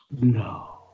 No